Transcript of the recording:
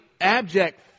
abject